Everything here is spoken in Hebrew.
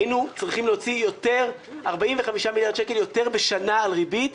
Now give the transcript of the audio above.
היינו צריכים להוציא יותר 45 מיליארד שקל יותר בשנה על ריבית.